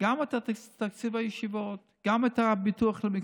גם את תקציב הישיבות וגם את הביטוח הלאומי,